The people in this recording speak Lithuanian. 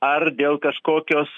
ar dėl kažkokios